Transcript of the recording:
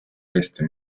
eesti